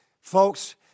folks